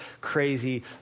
crazy